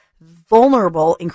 vulnerable